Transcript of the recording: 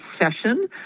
session